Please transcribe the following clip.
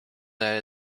that